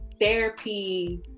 therapy